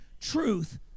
truth